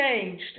changed